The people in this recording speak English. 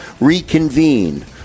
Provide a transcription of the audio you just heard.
reconvene